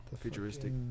Futuristic